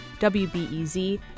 WBEZ